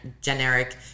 generic